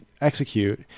execute